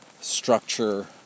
structure